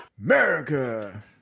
America